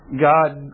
God